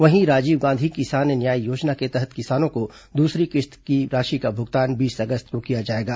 वहीं राजीव गांधी किसान न्याय योजना के तहत किसानों को दूसरी किश्त का भुगतान बीस अगस्त को किया जाएगा